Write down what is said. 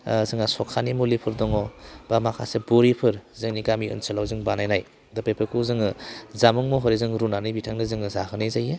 जोंहा सखानि मुलिफोर दङ बा माखासे बरिफोर जोंनि गामि ओनसोलाव जों बानायनाय दा बेफोरखौ जोङो जामुं महरै जों रुनानै बिथांनो जोङो जाहोनाय जायो